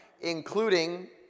including